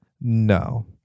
No